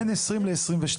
בין 20 ל-22.5.